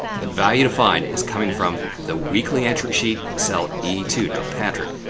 the value to find is coming from the weekly entrance sheet cell e two. now, patrick,